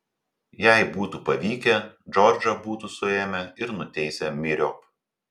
jei būtų pavykę džordžą būtų suėmę ir nuteisę myriop